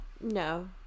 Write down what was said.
No